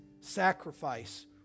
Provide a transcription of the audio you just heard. sacrifice